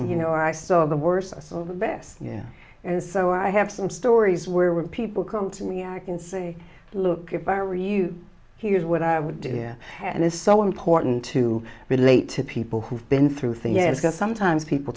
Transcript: you know i saw the worst the best yeah and so i have some stories where when people come to me i can say look if i were you here's what i would do here and it's so important to relate to people who've been through three years because sometimes people